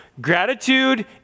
Gratitude